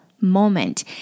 moment